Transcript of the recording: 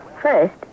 First